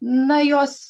na jos